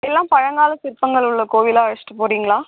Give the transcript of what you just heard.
எல்லாம் பழங்கால சிற்பங்கள் உள்ள கோவிலாக அழைச்சிட்டுப் போகறீங்களா